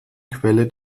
quelle